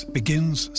begins